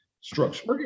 Structure